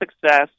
success